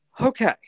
Okay